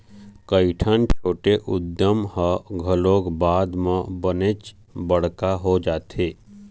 कइठन छोटे उद्यम ह घलोक बाद म बनेच बड़का हो जाथे